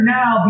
now